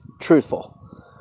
truthful